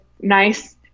nice